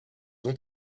ont